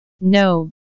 No